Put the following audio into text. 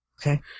Okay